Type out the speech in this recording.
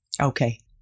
Okay